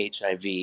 HIV